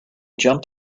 jumped